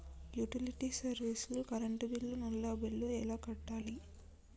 Utility service లో current bill, నల్లా bill ఎలా కట్టాలి?